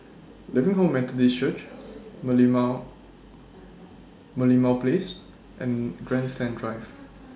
Living Hope Methodist Church Merlimau Merlimau Place and Grandstand Drive